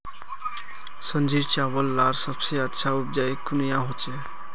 संजीरा चावल लार सबसे अच्छा उपजाऊ कुनियाँ होचए?